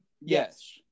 Yes